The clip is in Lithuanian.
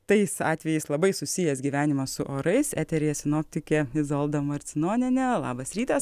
tais atvejais labai susijęs gyvenimas su orais eteryje sinoptikė izolda marcinonienė labas rytas